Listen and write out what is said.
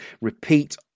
repeat